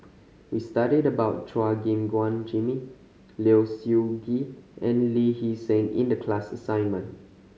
we studied about Chua Gim Guan Jimmy Low Siew Nghee and Lee Hee Seng in the class assignment